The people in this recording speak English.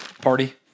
party